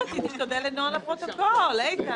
הישיבה ננעלה בשעה 12:50.